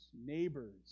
neighbors